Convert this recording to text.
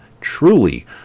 truly